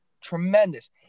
tremendous